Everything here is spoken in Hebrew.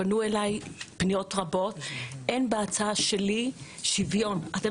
פנו אלי בפניות רבות לפיהן אין בהצעה שלי שוויון וכי אנחנו